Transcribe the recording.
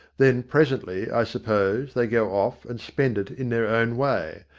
then presently, i suppose, they go off and spend it in their own way.